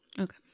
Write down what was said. Okay